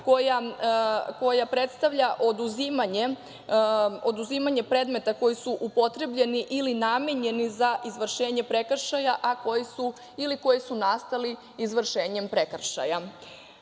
koja predstavlja oduzimanje predmeta koji su upotrebljeni ili namenjeni za izvršenje prekršaja ili koji su nastali izvršenjem prekršaja. Prelaznim